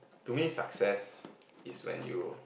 to me success is when you